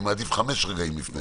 אני מעדיף חמישה רגעים לפני